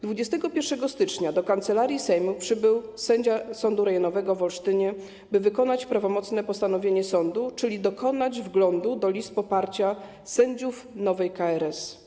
21 stycznia do Kancelarii Sejmu przybył sędzia Sądu Rejonowego w Olsztynie, by wykonać prawomocne postanowienie sądu, czyli dokonać wglądu do list poparcia sędziów nowej KRS.